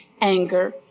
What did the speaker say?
anger